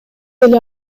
эле